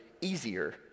easier